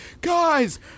guys